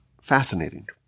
fascinating